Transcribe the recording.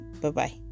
Bye-bye